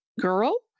girl